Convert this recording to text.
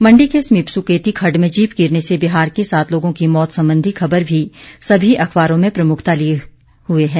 मंडी के समीप सुकेती खड्ड में जीप गिरने से बिहार के सात लोगों की मौत संबंधी खबर भी सभी अखबारों में प्रमुखता लिए हुए है